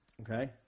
Okay